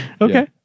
Okay